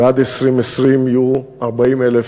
ועד 2020 יהיו 40,000